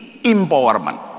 empowerment